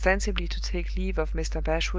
ostensibly to take leave of mr. bashwood,